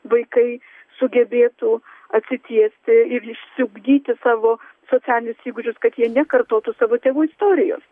vaikai sugebėtų atsitiesti ir išsiugdyti savo socialinius įgūdžius kad jie nekartotų savo tėvų istorijos